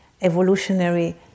evolutionary